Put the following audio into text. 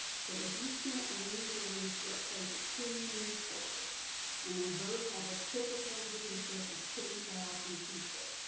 so if you sent unusually, so let's say, to two newspapers and they both have a typical readership of ten thousand people,